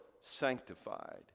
sanctified